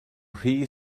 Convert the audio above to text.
rhy